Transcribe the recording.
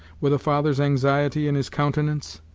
with a father's anxiety in his countenance.